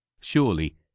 Surely